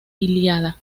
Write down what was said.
ilíada